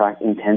intense